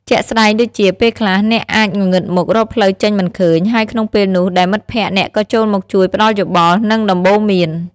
ជាក់ស្ដែងដូចជា ពេលខ្លះ អ្នកអាចងងឹតមុខរកផ្លូវចេញមិនឃើញ ហើយក្នុងពេលនោះដែរមិត្តភក្ដិអ្នកក៏ចូលមកជួយផ្តល់យោបល់ និងដំបូន្មាន ។